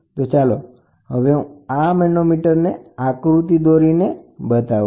તો ચાલો હવે મને આ ઇન્વર્ટેડ બેલ ટાઇપ મેનોમીટરની આકૃતિ દોરવા દો